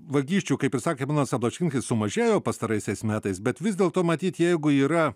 vagysčių kaip ir sakė ponas ablačinskas sumažėjo pastaraisiais metais bet vis dėlto matyt jeigu yra